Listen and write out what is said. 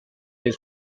del